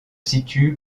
situe